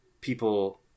People